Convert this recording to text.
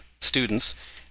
students